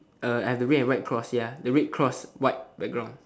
uh I have the red and white cross ya the red cross white background